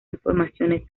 informaciones